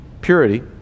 purity